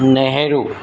Nehru